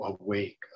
awake